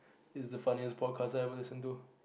is the funniest podcast I ever listen to